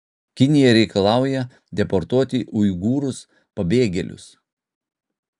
kinija reikalauja deportuoti uigūrus pabėgėlius